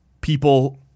people